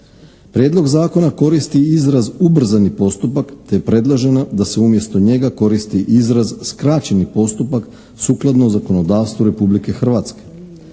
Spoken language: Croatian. Prijedlog zakona koristi izraz ubrzani postupak te je predloženo da se umjesto njega koristi izraz skraćeni postupak sukladno zakonodavstvu Republike Hrvatske.